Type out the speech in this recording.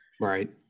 Right